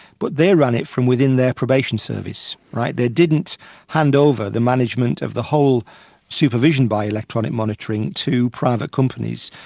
but they ran it from within their probation service, right? they didn't hand over the management of the whole supervision by electronic monitoring to private companies.